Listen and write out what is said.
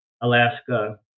Alaska